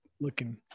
Looking